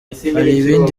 ibindi